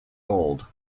gold